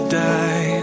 die